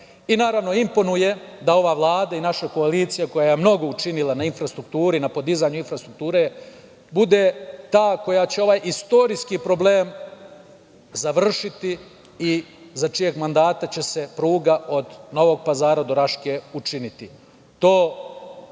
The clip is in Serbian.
Naravno, imponuje da ova Vlada i naša koalicija koja je mnogo učinila na podizanju infrastrukture bude ta koja će ovaj istorijski problem završiti i za čijeg mandata će se pruga od Novog Pazara do Raške učiniti.